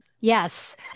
Yes